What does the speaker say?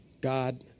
God